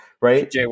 right